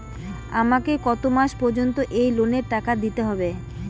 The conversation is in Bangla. আমাকে কত মাস পর্যন্ত এই লোনের টাকা দিতে হবে?